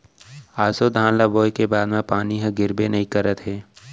ऑसो धान ल बोए के बाद म पानी ह गिरबे नइ करत हे